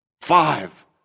five